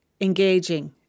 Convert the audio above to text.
engaging